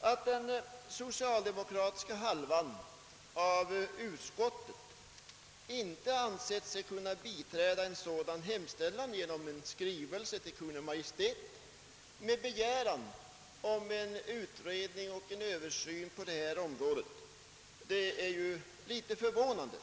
Att den socialdemokratiska halvan av utskottet icke ansett sig kunna biträda en sådan hemställan om en skrivelse till Kungl. Maj:t med begäran om en utredning och en översyn på detta område är litet förvånande.